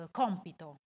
compito